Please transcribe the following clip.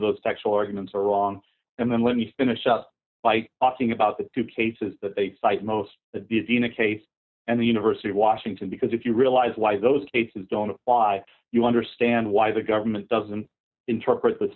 those sexual arguments are wrong and then let me finish just by asking about the two cases that they cite most of these in a case and the university of washington because if you realize why those cases don't apply you understand why the government doesn't interpret th